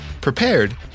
prepared